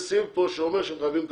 - יש סעיף פה שאומר שחייבים לקבל.